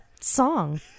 song